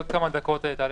בעוד כמה דקות היא תעלה